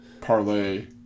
parlay